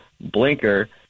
blinker